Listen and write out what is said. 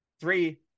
three